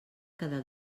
cada